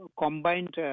combined